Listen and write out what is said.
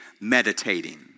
meditating